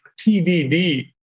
TDD